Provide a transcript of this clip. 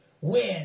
win